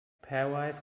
pairwise